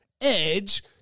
Edge